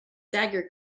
dagger